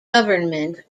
government